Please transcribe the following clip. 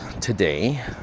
today